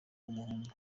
w’umuhungu